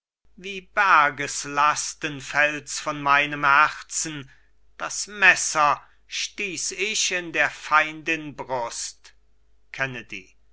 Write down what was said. wie bergeslasten fällt's von meinem herzen das messer stieß ich in der feindin brust